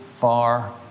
far